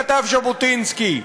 כתב ז'בוטינסקי,